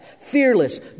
fearless